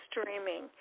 streaming